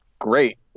great